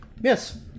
Yes